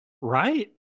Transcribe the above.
right